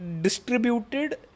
distributed